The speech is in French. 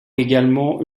également